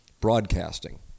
Broadcasting